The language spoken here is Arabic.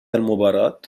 المباراة